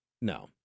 no